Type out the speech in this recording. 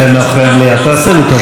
החלטה 1701. השר אקוניס,